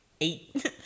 eight